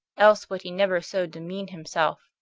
else would he never so demean himself.